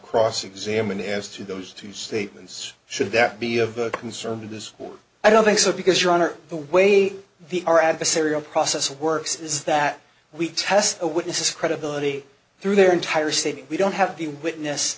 cross examine as to those two statements should that be of concern in this court i don't think so because your honor the way the our adversarial process works is that we test a witness credibility through their entire city we don't have the witness